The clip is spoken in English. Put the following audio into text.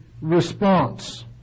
response